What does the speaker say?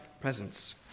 presence